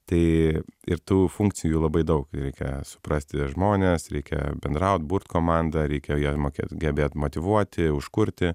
tai ir tų funkcijų labai daug reikia suprasti žmonės reikia bendraut burt komandą reikia ją mokėt gebėt motyvuoti užkurti